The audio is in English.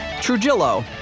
Trujillo